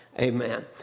amen